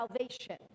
salvation